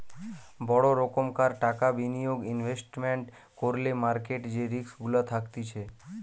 বড় রোকোমের টাকা বিনিয়োগ ইনভেস্টমেন্ট করলে মার্কেট যে রিস্ক গুলা থাকতিছে